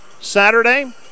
Saturday